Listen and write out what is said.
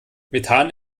methan